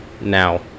now